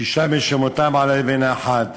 "שִשה משמֹתם על האבן האחת":